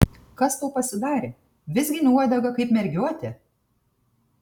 kas tau pasidarė vizgini uodegą kaip mergiotė